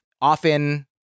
often